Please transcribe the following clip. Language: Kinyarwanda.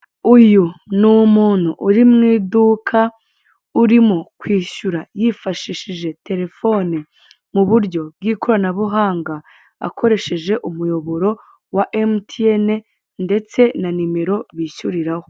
Uyu ni umuntu uri mu iduka urimo kwishyura yifashishije telefone mu buryo bw'ikoranabuhanga akoresheje umuyoboro wa emutiyeni ndetse na nimero bishyuriraho.